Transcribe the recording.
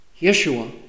Yeshua